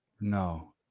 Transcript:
No